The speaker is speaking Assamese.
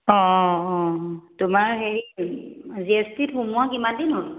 অঁ অঁ তোমাৰ হেৰি জি এছ টিত সোমোৱা কিমান দিন হ'ল